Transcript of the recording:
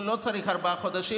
והוא לא יצטרך ארבעה חודשים,